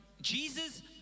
Jesus